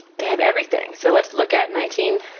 they have everything, so let's look at one